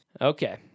Okay